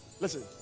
Listen